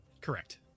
Correct